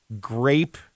grape